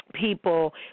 People